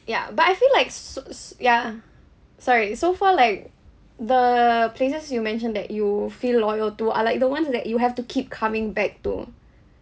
ya but I feel like su~ s~ ya sorry so far like the places you mentioned that you feel loyal to are like the ones that you have to keep coming back to